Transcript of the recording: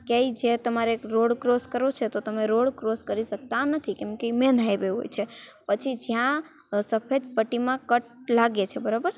ક્યાંય જે તમારે રોડ ક્રોસ કરવો છે તો તમે રોડ ક્રોસ કરી શકતા નથી કેમકે એ મેન હાઇવે હોય છે પછી જ્યાં સફેદ પટ્ટીમાં કટ લાગે છે બરાબર